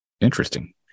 Interesting